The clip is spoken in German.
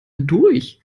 hindurch